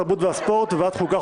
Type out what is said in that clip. התרבות והספורט וועדת החוקה,